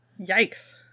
Yikes